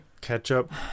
ketchup